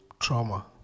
trauma